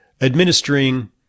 administering